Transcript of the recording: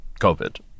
COVID